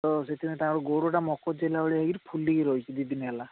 ତ ସେଥିପାଇଁ ତା' ଗୋଡ଼ଟା ମକଚି ହେଲା ଭଳିଆ ହେଇକିରି ଫୁଲିକି ରହିଛି ଦୁଇ ଦିନି ହେଲା